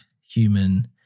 human